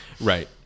right